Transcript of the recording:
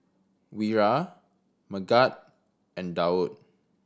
Wira Megat and Daud